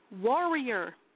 Warrior